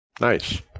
nice